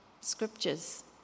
scriptures